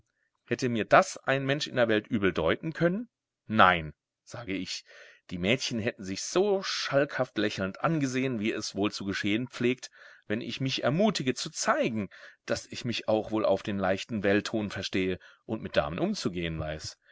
hätte mir das ein mensch in der welt übel deuten können nein sage ich die mädchen hätten sich so schalkhaft lächelnd angesehen wie es wohl zu geschehen pflegt wenn ich mich ermutige zu zeigen daß ich mich auch wohl auf den leichten weltton verstehe und mit damen umzugehen weiß